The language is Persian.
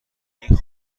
این